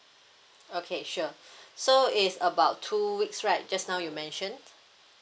okay sure so is about two weeks right just now you mention